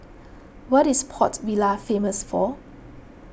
what is Port Vila famous for